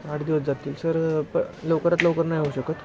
आठ दिवस जातील सर प लवकरात लवकर नाही होऊ शकत